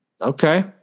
Okay